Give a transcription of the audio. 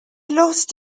lost